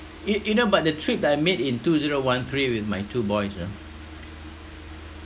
you you know but the trip that I made in two zero one three with my two boys you know